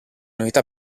novità